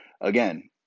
again